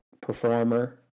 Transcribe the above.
performer